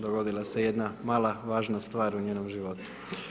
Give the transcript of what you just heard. Dogodila se jedna mala važna stvar u njezinom životu.